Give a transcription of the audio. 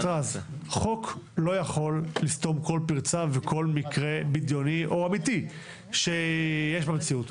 חוק לא יכול לסתום כל פרצה וכל מקרה בדיוני או אמיתי שיש במציאות.